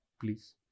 please